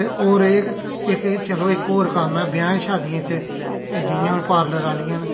ते होर एह् इक चलो इक होर कम्म ऐ ब्याहें शादियें च जि'यां पार्लर आह्लियां न